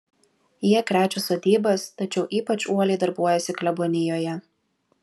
jie krečia sodybas tačiau ypač uoliai darbuojasi klebonijoje